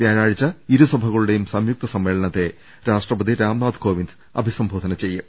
വ്യാഴാഴ്ച ഇരുസഭകളുടെയും സംയുക്ത സമ്മേളനത്തെ രാഷ്ട്രപതി രാംനാഥ് കോവിന്ദ് അഭിസംബോധന ചെയ്യും